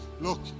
look